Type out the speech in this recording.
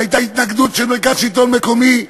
שהייתה התנגדות של מרכז השלטון המקומי.